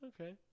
Okay